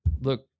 look